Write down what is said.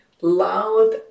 loud